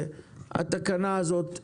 התקנה הזאת בתוקף.